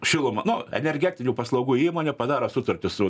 šilumą nu energetinių paslaugų įmonė padaro sutartį su